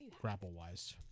grapple-wise